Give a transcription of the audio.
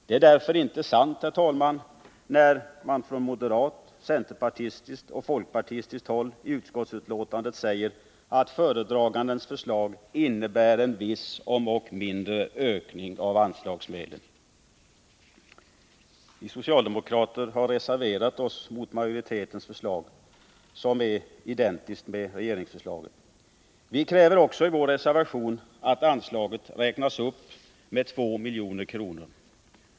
Det är därför inte sant, herr talman, när moderaterna, centerpartisterna och folkpartisterna i utskottet säger att föredragandens förslag ”innebär en viss, om ock mindre, ökning av anslagsmedlen”. Vi socialdemokrater har reserverat oss mot majoritetens förslag, som är identiskt med regeringsförslaget. Vi kräver i vår reservation att anslaget räknas upp med 2 milj.kr.